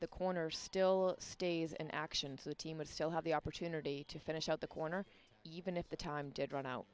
the corner still stays in action so the team would still have the opportunity to finish out the corner even if the time did run out